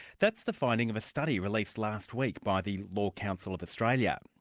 that's the finding of a study released last week by the law council of australia.